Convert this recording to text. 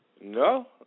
No